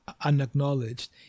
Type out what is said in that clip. unacknowledged